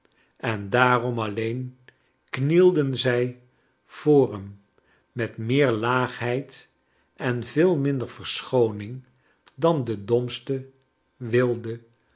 en daarom alleen knielden zij voor hem met meer laagheid en veel minder verschooning dan de domste wilde